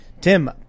Tim